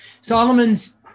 Solomon's